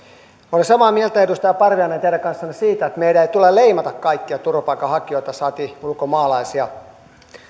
olen samaa mieltä edustaja parviainen teidän kanssanne siitä että meidän ei tule leimata kaikkia turvapaikanhakijoita saati ulkomaalaisia